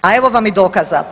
A evo vam i dokaza.